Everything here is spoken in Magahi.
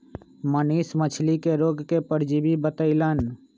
मनीष मछ्ली के रोग के परजीवी बतई लन